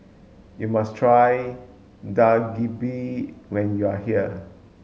you must try Dak Galbi when you are here